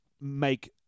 make